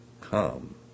come